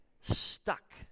stuck